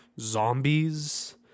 zombies